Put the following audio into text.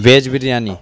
veg biryani